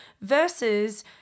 versus